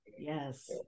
yes